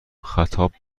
خطاب